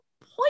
point